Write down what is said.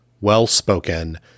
well-spoken